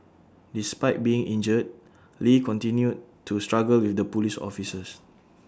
despite being injured lee continued to struggle with the Police officers